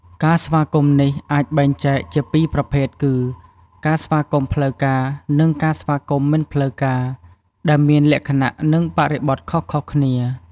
ការស្វាគមន៍នេះអាចបែងចែកជាពីរប្រភេទគឺ ការស្វាគមន៍ផ្លូវការ និង ការស្វាគមន៍មិនផ្លូវការ ដែលមានលក្ខណៈនិងបរិបទខុសៗគ្នា។